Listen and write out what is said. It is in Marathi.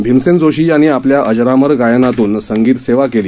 भीमसेन जोशी यांनी आपल्या अजरामर गायनातून संगीत सेवा केली